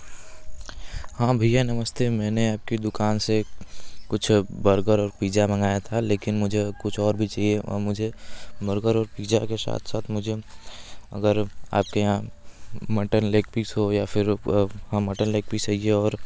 हाँ भैया नमस्ते मैंने आपकी दुकान से कुछ बर्गर और पिज़्ज़ा मंगाया था लेकिन मुझे कुछ और भी चाहिए और मुझे बर्गर और पिज़्ज़ा के साथ साथ मुझे अगर आपके यहाँ मटन लेग पीस हो या फिर हाँ मटन लेग पीस हई